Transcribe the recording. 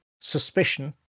suspicion